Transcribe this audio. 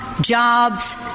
jobs